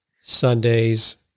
Sunday's